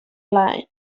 line